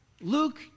Luke